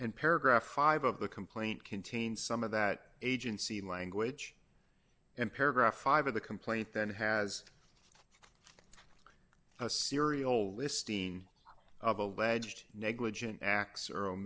and paragraph five of the complaint contains some of that agency language and paragraph five of the complaint that has a serial listing of alleged negligent acts or o